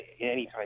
anytime